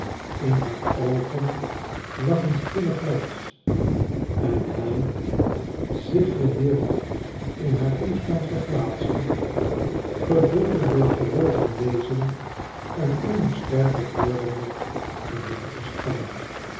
in haar oogen lag een stille glans en hij zich geheel in haar toestand verplaatsend gevoelde door geheel zijn wezen een immer sterker wordende gelukkige spanning